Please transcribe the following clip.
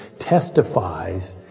testifies